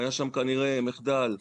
כנראה שהיה שם מחדל,